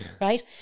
right